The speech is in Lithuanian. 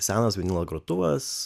senas vinilo grotuvas